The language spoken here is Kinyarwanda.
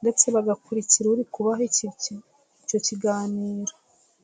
ndetse bagakurikira uri kubaha icyo kiganiro.